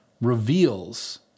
reveals